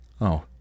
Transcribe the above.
Oh